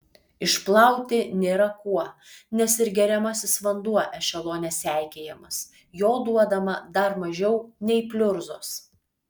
išplauti nėra kuo nes ir geriamasis vanduo ešelone seikėjamas jo duodama dar mažiau nei pliurzos